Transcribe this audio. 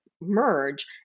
merge